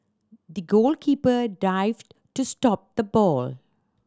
the goalkeeper dived to stop the ball